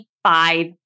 Five